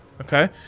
Okay